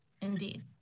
Indeed